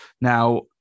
Now